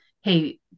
Hey